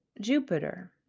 Jupiter